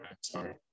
sorry